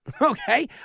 okay